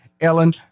Ellen